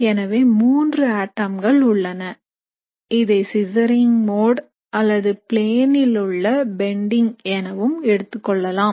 எனவே மூன்று ஆட்டம்கள் உள்ளன இதை சிசரிங் மோட் அல்லது பிளேனில் உள்ள பெண்டிங் எனவும் எடுத்துக்கொள்ளலாம்